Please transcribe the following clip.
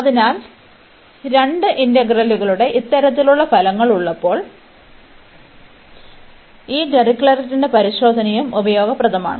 അതിനാൽ രണ്ട് ഇന്റഗ്രലുകളുടെ ഇത്തരത്തിലുള്ള ഫലങ്ങൾ ഉള്ളപ്പോൾ ഈ ഡിറിക്ലെറ്റിന്റെ പരിശോധനയും ഉപയോഗപ്രദമാണ്